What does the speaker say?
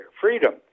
freedom